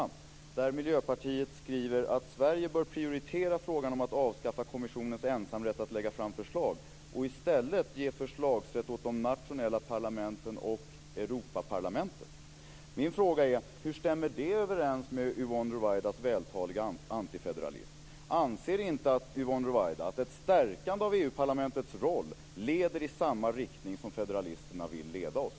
Där skriver Miljöpartiet att Sverige bör prioritera frågan om att avskaffa kommissionens ensamrätt att lägga fram förslag och i stället ge förslagsrätt åt de nationella parlamenten och Europaparlamentet. Min fråga är: Hur stämmer det överens med Yvonne Ruwaidas vältaliga antifederalism? Anser inte Yvonne Ruwaida att ett stärkande av EU parlamentets roll leder i samma riktning som federalisterna vill leda oss?